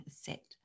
set